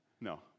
No